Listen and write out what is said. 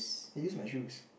I use my shoes